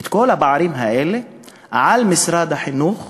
את כל הפערים האלה, על משרד החינוך